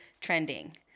trending